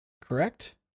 correct